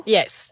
Yes